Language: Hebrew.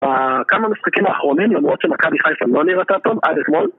כמה משחקים האחרונים? למרות שמכבי חיפה לא נראתה טוב, עד אתמול,